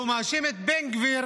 הוא מאשים את בן גביר